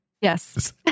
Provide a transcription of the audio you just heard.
Yes